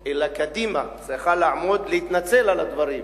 אלא קדימה צריכה לעמוד ולהתנצל על הדברים,